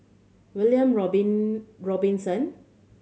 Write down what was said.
William Robin Robinson